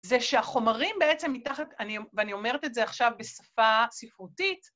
זה שהחומרים בעצם מתחת, אני או-ואני אומרת את זה עכשיו בשפה... ספרותית,